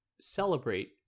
celebrate